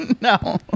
No